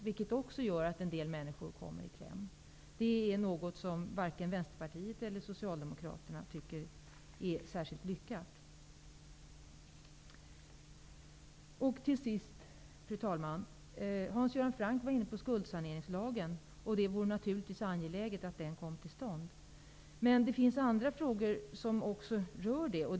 Det gör att en del människor kommer i kläm. Det är något som varken Vänsterpartiet eller Socialdemokraterna tycker är särskilt lyckat. Fru talman! Hans Göran Franck var inne på skuldsaneringslagen. Det är naturligtvis angeläget att den kommer till stånd. Det finns även andra frågor som rör detta.